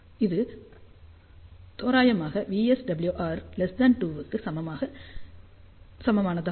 இது தோராயமாக VSWR 2 க்கு சமமானதாகும்